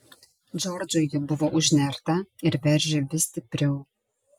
džordžui ji buvo užnerta ir veržė vis stipriau